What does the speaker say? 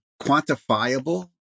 quantifiable